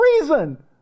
reason